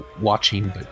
watching